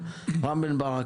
בהצלחה לכולנו.